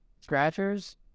Scratchers